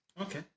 Okay